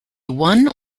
one